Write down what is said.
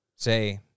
Say